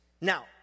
Now